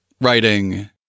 writing